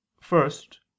First